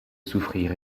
souffrir